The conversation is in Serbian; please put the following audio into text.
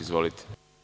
Izvolite.